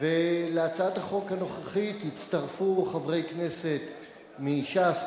להצעת החוק הנוכחית הצטרפו חברי כנסת מש"ס,